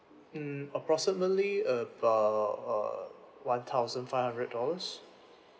mm approximately about err one thousand five hundred dollars